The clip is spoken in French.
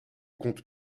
compte